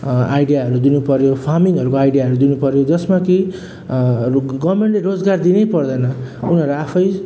आइडियाहरू दिनु पऱ्यो फार्मिङहरूको आइडियाहरू दिनु पऱ्यो जसमा कि रुक गभर्मेन्टले रोजगार दिनै पर्दैन उनीहरू आफै